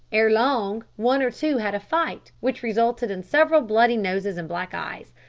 ere long one or two had a fight, which resulted in several bloody noses and black eyes,